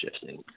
shifting